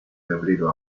febrero